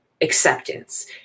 acceptance